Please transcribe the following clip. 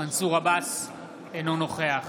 אינו נוכח